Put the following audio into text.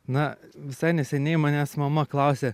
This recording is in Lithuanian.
na visai neseniai manęs mama klausia